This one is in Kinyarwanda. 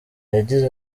yagize